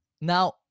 now